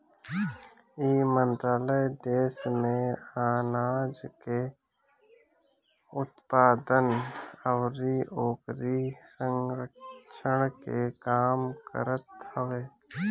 इ मंत्रालय देस में आनाज के उत्पादन अउरी ओकरी संरक्षण के काम करत हवे